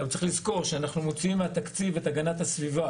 צריך גם לסגור שאנחנו מוציאים מהתקציב את הגנת הסביבה